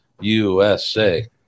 USA